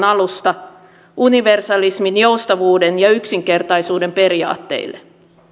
alusta universalismin joustavuuden ja yksinkertaisuuden periaatteille